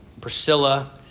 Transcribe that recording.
Priscilla